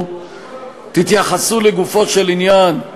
תתייחסו לגופו של עניין.